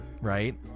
right